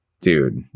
dude